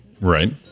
Right